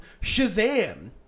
Shazam